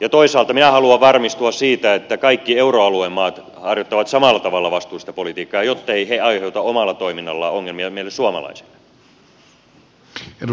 ja toisaalta minä haluan varmistua siitä että kaikki euroalueen maat harjoittavat samalla tavalla vastuullista politiikkaa jotta ne eivät aiheuta omalla toiminnallaan ongelmia meille suomalaisille